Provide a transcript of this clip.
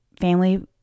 family